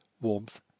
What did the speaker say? warmth